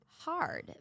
hard